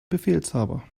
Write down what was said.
befehlshaber